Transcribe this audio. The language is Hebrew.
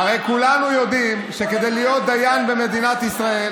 הרי כולנו יודעים שכדי להיות דיין במדינת ישראל,